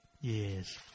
yes